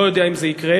לא יודע אם זה יקרה,